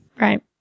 Right